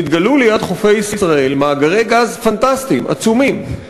נתגלו ליד חופי ישראל מאגרי גז פנטסטיים, עצומים.